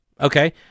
Okay